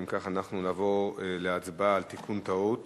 אם כך, אנחנו נעבור להצבעה על תיקון טעות